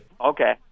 Okay